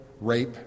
rape